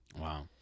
Wow